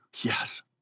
Yes